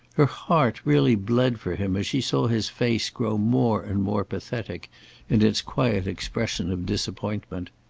her heart really bled for him as she saw his face grow more and more pathetic in its quiet expression of disappointment.